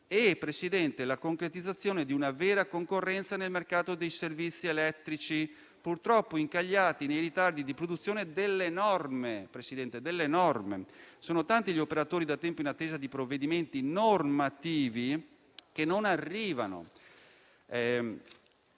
accumuli e la concretizzazione di una vera concorrenza nel mercato dei servizi elettrici, purtroppo incagliati nei ritardi di produzione delle norme. Sono tanti gli operatori da tempo in attesa di provvedimenti normativi che non arrivano.